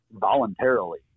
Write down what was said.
voluntarily